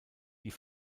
die